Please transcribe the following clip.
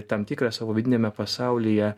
tam tikrą savo vidiniame pasaulyje